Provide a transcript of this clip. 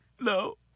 No